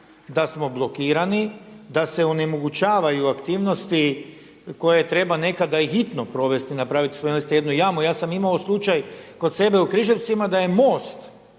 da smo blokirani, da se onemogućavaju aktivnosti koje treba nekada i hitno provesti, napraviti. Spomenuli ste jednu jamu. Ja sam imao slučaj kod sebe u Križevcima da je most